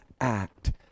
act